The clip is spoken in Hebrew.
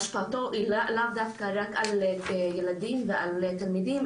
השפעתו היא לאו דווקא רק על ילדים ועל תלמידים,